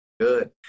Good